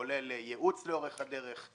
כולל ייעוץ לאורך הדרך,